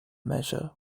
measure